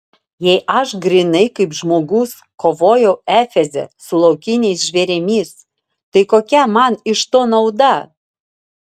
jei aš grynai kaip žmogus kovojau efeze su laukiniais žvėrimis tai kokia man iš to nauda